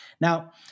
Now